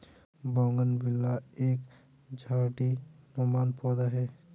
bougainvillea एक झाड़ीनुमा पौधा है